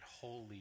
holy